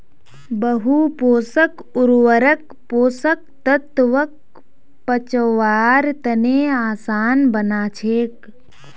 बहु पोषक उर्वरक पोषक तत्वक पचव्वार तने आसान बना छेक